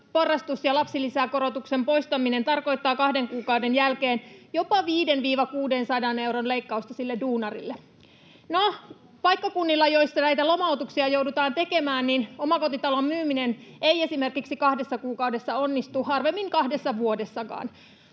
porrastus ja lapsilisäkorotuksen poistaminen tarkoittavat kahden kuukauden jälkeen jopa 500—600 euron leikkausta sille duunarille. No, paikkakunnilla, joilla näitä lomautuksia joudutaan tekemään, omakotitalon myyminen ei esimerkiksi kahdessa kuukaudessa onnistu — harvemmin kahdessa vuodessakaan.